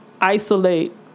Isolate